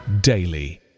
daily